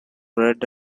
red